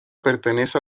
pertenece